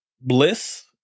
bliss